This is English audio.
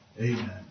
Amen